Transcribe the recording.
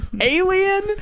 alien